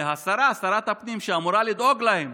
השרה, שרת הפנים, שאמורה לדאוג להם,